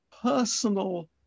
personal